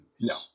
No